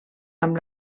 amb